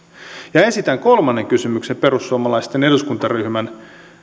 esitän kolmannen kysymyksen perussuomalaisten eduskuntaryhmän